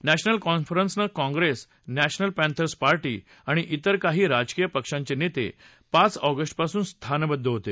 national conference Congress national panthers party आणि विर काही राजकीय पक्षांचे नेते पाच ऑगस्टपासून स्थानबद्ध होते